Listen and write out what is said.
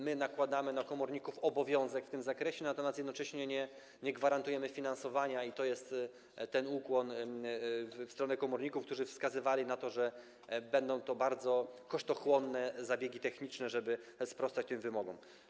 My nakładamy na komorników obowiązek w tym zakresie, natomiast jednocześnie nie gwarantujemy finansowania i to jest ukłon w stronę komorników, którzy wskazywali na to, że będą się z tym wiązały bardzo kosztochłonne zabiegi techniczne, żeby sprostać tym wymogom.